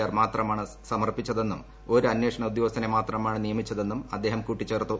R മാത്രമാണ് സമർപ്പിച്ചതെന്നും ഒരു അന്വേഷണ ഉദ്യോഗസ്ഥനെ മാത്രമാണ് നിയമിച്ചതെന്നും അദ്ദേഹം കൂട്ടിച്ചേർത്തു